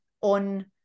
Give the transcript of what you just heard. on